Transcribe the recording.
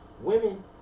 women